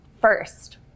First